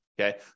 okay